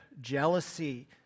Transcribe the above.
jealousy